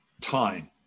time